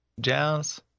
jazz